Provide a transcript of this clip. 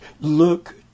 look